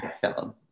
film